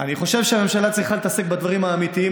אני חושב שהממשלה צריכה להתעסק בדברים האמיתיים.